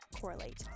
correlate